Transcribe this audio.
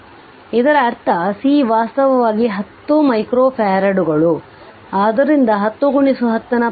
ಇದರರ್ಥ C ವಾಸ್ತವವಾಗಿ 10 micro ಫರಾಡ್ಗಳು ಆದ್ದರಿಂದ 10 10 ನ ಪವರ್ 6 ಫರಾಡ್ ಆಗಿದೆ